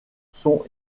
sont